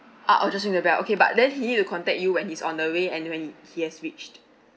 ah orh just ring the bell okay but then he will contact you when he is on the way and when he he has reached